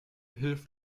hilft